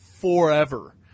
forever